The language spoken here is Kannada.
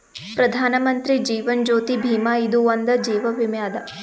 ಪ್ರಧಾನ್ ಮಂತ್ರಿ ಜೀವನ್ ಜ್ಯೋತಿ ಭೀಮಾ ಇದು ಒಂದ ಜೀವ ವಿಮೆ ಅದ